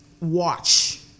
watch